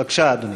בבקשה, אדוני.